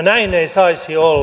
näin ei saisi olla